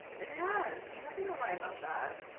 it has. i'm not gonna lie about that.